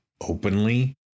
openly